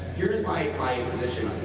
here's my my position,